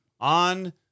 On